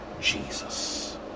jesus